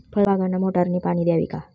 फळबागांना मोटारने पाणी द्यावे का?